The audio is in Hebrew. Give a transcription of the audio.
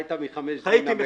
חיית מחמש דונם בכבוד.